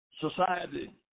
society